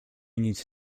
nic